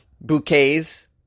bouquets